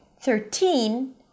Thirteen